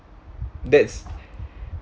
that's